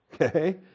okay